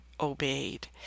obeyed